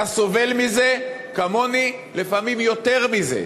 אתה סובל מזה כמוני, לפעמים יותר מזה.